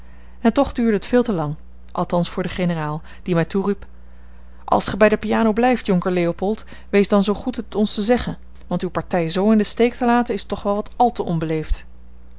en toch duurde het veel te lang althans voor den generaal die mij toeriep als gij bij de piano blijft jonker leopold wees dan zoo goed het ons te zeggen want uwe partij zoo in den steek te laten is toch wel wat al te onbeleefd